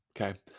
Okay